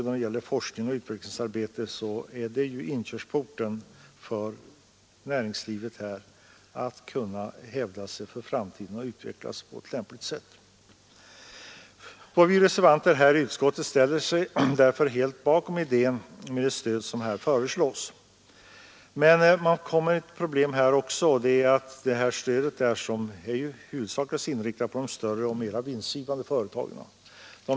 Propositionens förslag går i rätt riktning, men vi har velat justera det på några punkter, och likaså har vi velat förändra utskottets skrivning. Det hade varit en fördel, vilket också har sagts här, om man hade sänkt gränsen för utfallet av detta stöd.